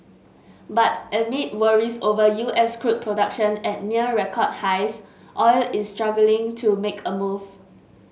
but amid worries over U S crude production at near record highs oil is struggling to make a move